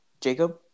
Jacob